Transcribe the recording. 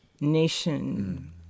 nation